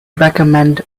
recommend